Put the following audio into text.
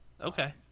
Okay